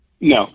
no